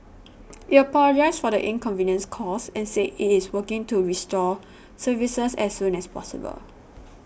it apologised for the inconvenience caused and said it is working to restore services as soon as possible